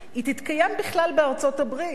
היא תתקיים בכלל בארצות-הברית,